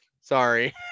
Sorry